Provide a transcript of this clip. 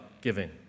giving